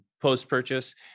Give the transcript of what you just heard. post-purchase